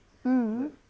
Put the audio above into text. hmm